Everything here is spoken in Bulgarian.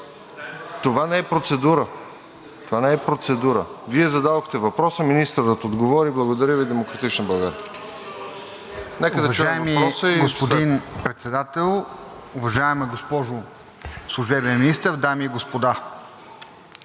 Това не е процедура. Вие зададохте въпроса, министърът отговори. Благодаря Ви. „Демократична България“.